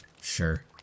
Sure